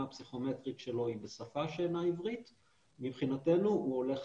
הפסיכומטרית שלו היא בשפה שאינה עברית הוא עולה חדש.